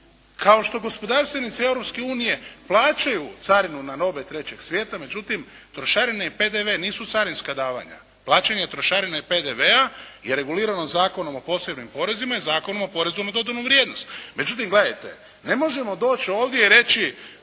kao što gospodarstvenici Europske unije plaćaju carinu na robe trećeg svijeta. Međutim, trošarine i PDV nisu carinska davanja. Plaćanje trošarina i PDV-a je regulirano Zakonom o posebnim porezima i Zakonom o porezu na dodanu vrijednost. Međutim gledajte, ne možemo doći ovdje i reći